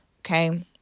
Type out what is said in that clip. Okay